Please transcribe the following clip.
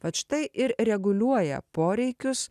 vat štai ir reguliuoja poreikius